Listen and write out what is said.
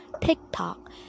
TikTok